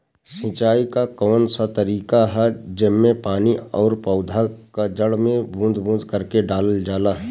सिंचाई क कउन सा तरीका ह जेम्मे पानी और पौधा क जड़ में बूंद बूंद करके डालल जाला?